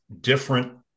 different